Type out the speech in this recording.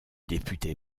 député